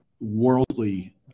worldly